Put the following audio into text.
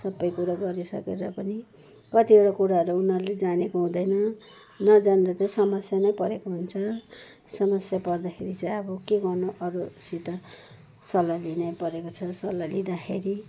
सबै कुरो गरिसकेर पनि कतिवटा कुरोहरू उनीहरूले जानेको हुँदैन नजानेर चाहिँ समस्या नै परेको हुन्छ समस्या पर्दाखेरि चाहिँ अब के गर्नु अरूहरूसित सल्लाह लिनैपरेको छ सल्लाह लिँदाखेरि